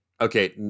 Okay